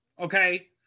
Okay